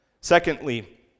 Secondly